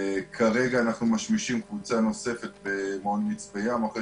כרגע אנחנו משמישים קבוצה נוספת במעון "מצפה ים" אחרי